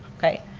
okay?